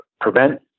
prevent